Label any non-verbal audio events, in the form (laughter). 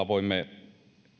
(unintelligible) voimme